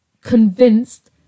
convinced